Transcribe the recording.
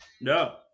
No